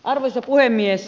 arvoisa puhemies